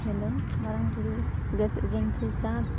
hello ᱢᱟᱨᱟᱝ ᱵᱩᱨᱩ gas agency ᱪᱟᱸᱡ